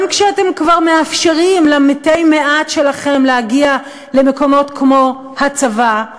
גם כשאתם כבר מאפשרים למתי המעט שלכם להגיע למקומות כמו הצבא,